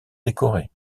décorées